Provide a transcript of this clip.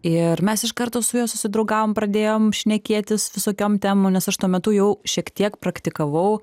ir mes iš karto su juo susidraugavom pradėjom šnekėtis visokiom temom nes aš tuo metu jau šiek tiek praktikavau